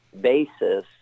basis